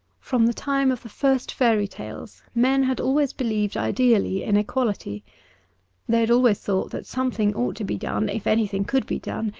from the time of the first fairy tales men had always believed ideally in equality they had always thought that something ought to be done, if anything could be done,